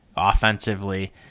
offensively